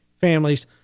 families